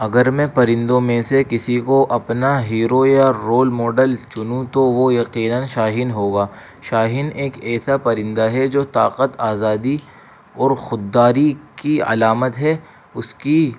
اگر میں پرندوں میں سے کسی کو اپنا ہیرو یا رول ماڈل چنوں تو وہ یقیناً شاہین ہوگا شاہین ایک ایسا پرندہ ہے جو طاقت آزادی اور خودداری کی علامت ہے اس کی